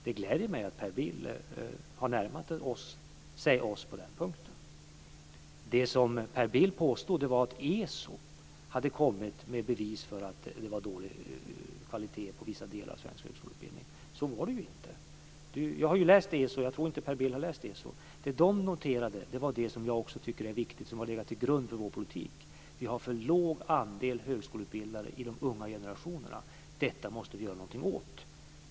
Det gläder mig att Per Bill har närmat sig oss på den punkten. Det som Per Bill påstod var att ESO hade kommit med bevis för att det var dålig kvalitet på vissa delar av svensk högskoleutbildning. Så var det inte. Jag har läst ESO:s rapport, och jag tror inte att Per Bill har läst den. De noterade det som jag också tycker är viktigt och som har legat till grund för vår politik. Vi har för låg andel högskoleutbildade i de unga generationerna. Detta måste vi göra någonting åt.